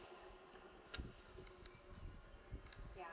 ya